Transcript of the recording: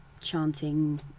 chanting